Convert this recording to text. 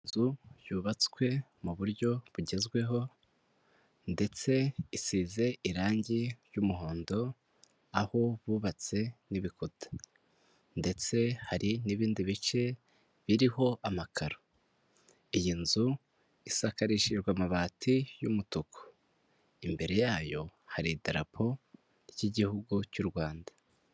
Inzu yubatswe mu buryo bugezweho ndetse isize irangi ry'umuhondo, aho bubatse n'ibikuta ndetse hari n'ibindi bice biriho amakaro, iyi nzu isakarishijwe amabati y'umutuku, imbere yayo hari idarapo ry'igihugu cy'u Rwanda.